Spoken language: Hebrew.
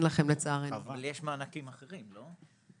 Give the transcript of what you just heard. אבל יש מענקים אחרים, לא?